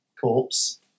corpse